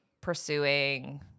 pursuing